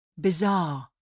Bizarre